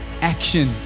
action